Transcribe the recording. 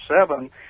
seven